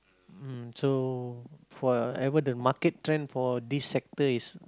mm so for ever the market trend for this sector is